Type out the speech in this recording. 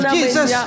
Jesus